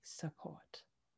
support